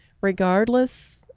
regardless